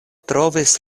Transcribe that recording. trovis